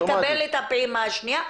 תקבל את הפעימה השנייה.